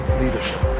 leadership